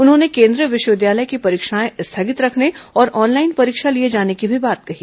उन्होंने केन्द्रीय विश्वविद्यालय की परीक्षाएं स्थगित रखने और ऑनलाइन परीक्षा लिए जाने की भी बात कही